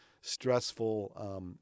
stressful